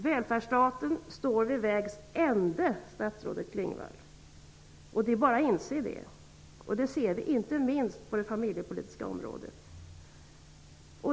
Välfärdsstaten står vid vägs ände, statsrådet Klingvall! Det är bara att inse det. Det ser vi inte minst på det familjepolitiska området.